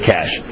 Cash